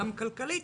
גם כלכלית,